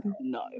no